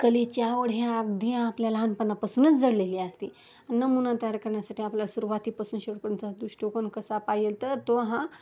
कलेची आवड ह्या अगदी आपल्या लहानपणापासूनच जडलेली असते नमुना तयार करण्यासाठी आपल्याला सुरुवातीपासून सुरू करून दृष्टिकोन कसा पायेल तर तो हा